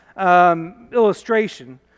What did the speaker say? illustration